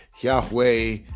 Yahweh